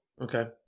Okay